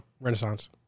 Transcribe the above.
Renaissance